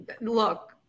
Look